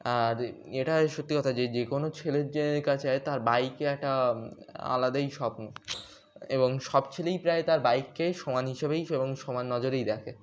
আর এটা সত্যি কথা যে যে কোনো ছেলের কাছে তার বাইকে একটা আলাদাই স্বপ্ন এবং সব ছেলেই প্রায় তার বাইককে সমান হিসেবেই এবং সমান নজরেই দেখে